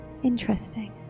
Interesting